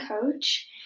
coach